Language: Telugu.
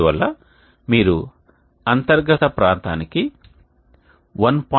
అందువల్ల మీరు అంతర్గత ప్రాంతానికి 1